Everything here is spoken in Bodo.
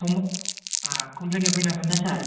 कम आ कमप्लेन होफै नांगोन ना सार